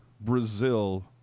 Brazil